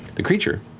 the creature,